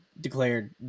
declared